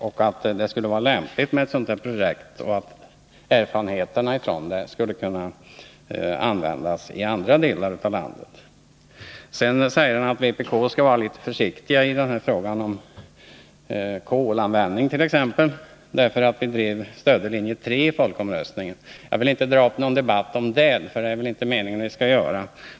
Det skulle därför vara lämpligt med ett sådant här projekt, och erfarenheterna från det skulle kunna användas i andra delar av landet. I frågan om kolanvändning skall vpk vara”litet försiktiga, säger Esse Petersson, eftersom vi stödde linje 3 i folkomröstningen. Jag vill inte ta upp någon debatt om detta, för det är det väl inte meningen att vi skall göra.